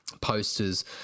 posters